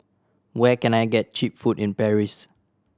where can I get cheap food in Paris